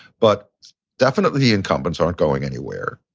but definitely incumbents aren't going anywhere.